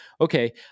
okay